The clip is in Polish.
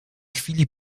chwili